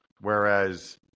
Whereas